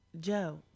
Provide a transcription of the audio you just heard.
Joe